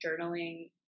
journaling